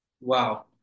Wow